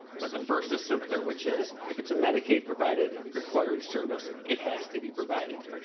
but the first is simpler which is if it's a medicaid provided required service it has to be provided.